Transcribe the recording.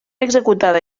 executada